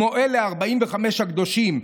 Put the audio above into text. כמו אלה 45 הקדושים,